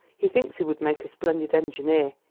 he thinks he would make a splendid engineer.